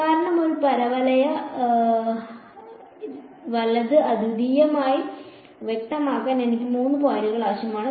കാരണം ഒരു പരവലയ വലത് അദ്വിതീയമായി വ്യക്തമാക്കാൻ എനിക്ക് മൂന്ന് പോയിന്റുകൾ ആവശ്യമാണ്